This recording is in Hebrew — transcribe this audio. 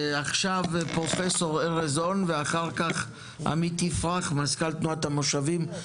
עכשיו פרופסור ארז און ואחר כך עמית יפרח מזכ"ל תנועת המושבים.